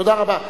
תודה רבה.